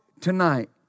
tonight